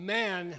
man